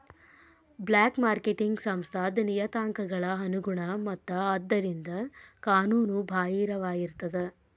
black marketing ಸಂಸ್ಥಾದ್ ನಿಯತಾಂಕಗಳ ಅನುಗುಣ ಮತ್ತ ಆದ್ದರಿಂದ ಕಾನೂನು ಬಾಹಿರವಾಗಿರ್ತದ